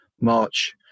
March